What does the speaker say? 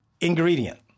ingredient